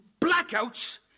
Blackouts